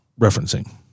referencing